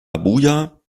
abuja